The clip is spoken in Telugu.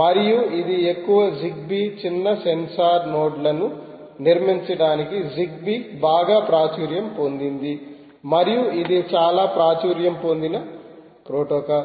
మరియు ఇది ఎక్కువగా జిగ్బీ చిన్న సెన్సార్ నోడ్లను నిర్మించడానికి జిగ్బీ బాగా ప్రాచుర్యం పొందింది మరియు ఇది చాలా ప్రాచుర్యం పొందిన ప్రోటోకాల్